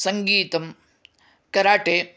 सङ्गीतं कराटे